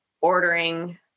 ordering